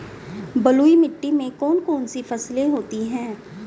बलुई मिट्टी में कौन कौन सी फसलें होती हैं?